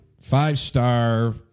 five-star